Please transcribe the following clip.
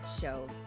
show